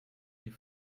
die